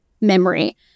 memory